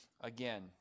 again